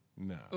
No